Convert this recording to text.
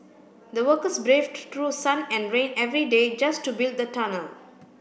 the workers braved through sun and rain every day just to build the tunnel